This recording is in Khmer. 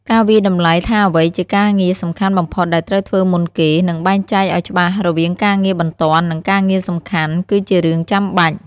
ការវាយតម្លៃថាអ្វីជាការងារសំខាន់បំផុតដែលត្រូវធ្វើមុនគេ និងបែងចែកឲ្យច្បាស់រវាងការងារបន្ទាន់ និងការងារសំខាន់ គឺជារឿងចាំបាច់។